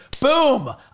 boom